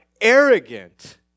arrogant